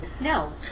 No